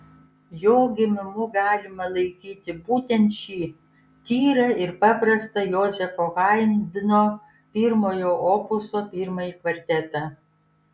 jo gimimu galima laikyti būtent šį tyrą ir paprastą jozefo haidno pirmojo opuso pirmąjį kvartetą